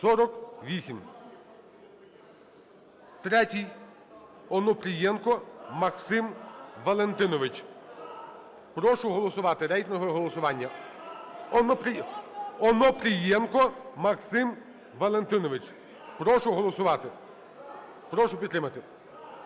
Третій. Онопрієнко Максим Валентинович. Прошу голосувати, рейтингове голосування. Онопрієнко Максим Валентинович. Прошу голосувати, прошу підтримати.